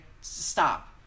stop